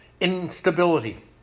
instability